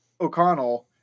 O'Connell